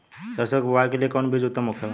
सरसो के बुआई के लिए कवन बिज उत्तम होखेला?